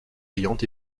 ayant